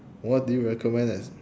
what do you recommend as